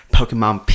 Pokemon